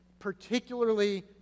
particularly